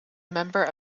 member